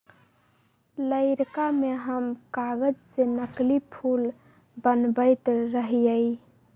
लइरका में हम कागज से नकली फूल बनबैत रहियइ